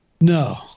No